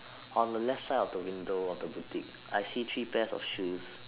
on the left side of the window of the boutique I see three pair of shoes